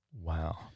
wow